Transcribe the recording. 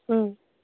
ꯎꯝ